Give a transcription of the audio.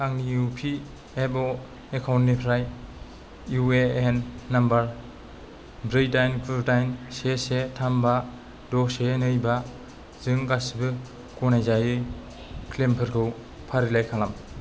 आंनि इपिएफअ' एकाउन्टनिफ्राय इउएएन नम्बर ब्रै दाइन गु दाइन से से थाम बा द' से नै बा जों गासिबो गनायजायै क्लेइमफोरखौ फारिलाइ खालाम